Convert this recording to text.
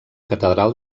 catedral